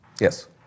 Yes